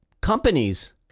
companies